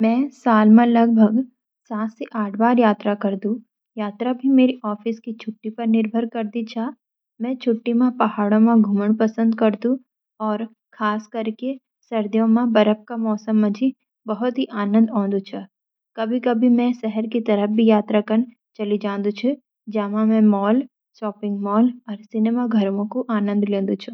मैं साल मा लगभग सात सी आठ बार यात्रा करदू। यात्रा भी मेरी ऑफिस की छूटी पर निर्भर करदी छा, मैं छूटी मां पहाड़ों मा घुमन पसंद करदू और खास करी के सर्दियों मा बर्फ का मौसम मजी बहुत ही आनंद ओनंदू छ। कभी कभी मैं शहर की तरफ भी यात्रा कन चली जांदू छ जेमा मैं मॉल, सिनेमाघरों कु आनंद लेंदु छ।